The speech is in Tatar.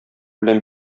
белән